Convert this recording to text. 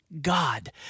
God